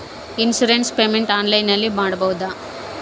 Insurance payment ಆನ್ಲೈನಿನಲ್ಲಿ ಮಾಡಬಹುದಾ?